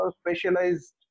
specialized